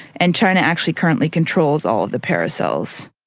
and china actually currently controls all of the paracels.